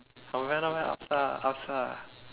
not bad not bad upz ah upz ah